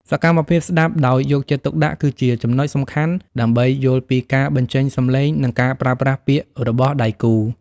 សកម្មភាពស្ដាប់ដោយយកចិត្តទុកដាក់ គឺជាចំណុចសំខាន់ដើម្បីយល់ពីការបញ្ចេញសម្លេង និងការប្រើប្រាស់ពាក្យរបស់ដៃគូ។